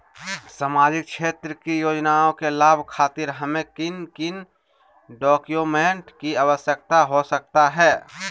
सामाजिक क्षेत्र की योजनाओं के लाभ खातिर हमें किन किन डॉक्यूमेंट की आवश्यकता हो सकता है?